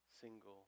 single